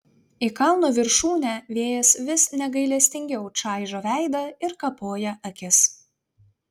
į kalno viršūnę vėjas vis negailestingiau čaižo veidą ir kapoja akis